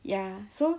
ya so